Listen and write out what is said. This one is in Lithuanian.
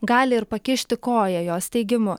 gali ir pakišti koją jos teigimu